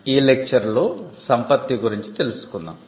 ఈ లెక్చర్ లో సంపత్తి గురించి తెలుసుకుందాం